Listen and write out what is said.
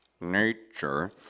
nature